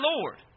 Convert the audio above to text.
Lord